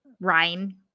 Ryan